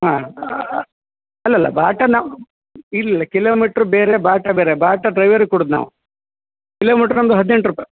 ಹಾಂ ಅಲ್ಲಲ್ಲ ಬಾಟ ನಾವು ಇಲ್ಲಿಲ್ಲ ಕಿಲೋಮೀಟ್ರ್ ಬೇರೆ ಬಾಟ ಬೇರೆ ಬಾಟ ಡ್ರೈವರಿಗೆ ಕೊಡೋದ್ ನಾವು ಕಿಲೋಮೀಟ್ರು ನಮ್ದು ಹದ್ನೆಂಟು ರುಪಾಯ್